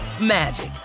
magic